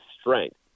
strength